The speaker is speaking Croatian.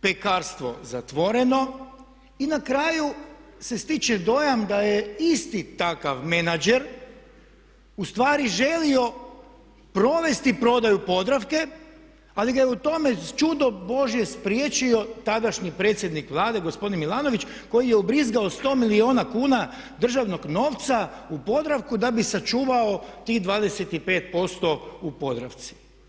pekarstvo zatvoreno i na kraju se stječe dojam da je isti takav menadžer ustvari želio provesti prodaju Podravke ali ga je u tome čudo Božje spriječio tadašnji predsjednik Vlade gospodin Milanović koji je ubrizgao 100 milijuna kuna državnog novca u Podravku da bi sačuvao tih 25% u Podravci.